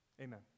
Amen